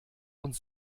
und